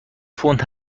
پوند